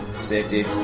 Safety